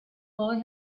boy